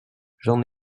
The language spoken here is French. j’en